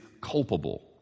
culpable